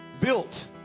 built